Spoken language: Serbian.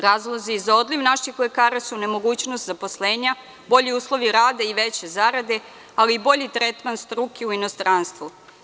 Razlozi za odliv naših lekara su nemogućnost zaposlenja, bolji uslovi rada i veće zarade, ali i bolji tretman struke u inostranstvu.